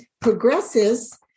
progresses